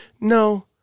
No